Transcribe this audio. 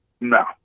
No